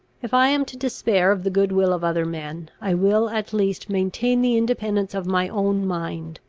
if i am to despair of the good-will of other men, i will at least maintain the independence of my own mind.